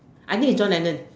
I need John-Lennon